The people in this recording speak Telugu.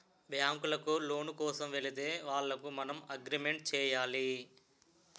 బ్యాంకులకు లోను కోసం వెళితే వాళ్లకు మనం అగ్రిమెంట్ చేయాలి